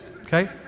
Okay